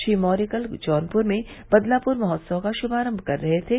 श्री मौर्य कल जौनपुर में बदलापुर महोत्सव का शुभारम्म कर रहे थे